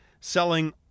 selling